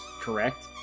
correct